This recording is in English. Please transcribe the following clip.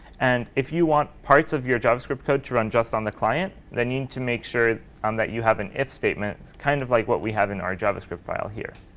and if you want parts of your javascript code to run just on the client, they need to make sure um that you have an if statement, kind of like what we have in our javascript file here.